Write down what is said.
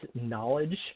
knowledge